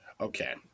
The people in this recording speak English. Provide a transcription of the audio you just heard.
Okay